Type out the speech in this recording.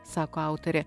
sako autorė